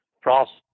process